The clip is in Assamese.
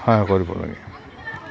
সহায় কৰিব লাগে